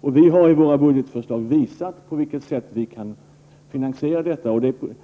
Vi har i våra budgetförslag visat hur man kan finansiera en sänkning av momsen.